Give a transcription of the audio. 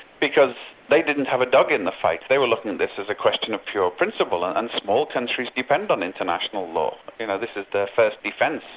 because they didn't have a dog in the fight they were looking at this as a question of pure principle and and small countries depend on international law. you know, this is their first defence,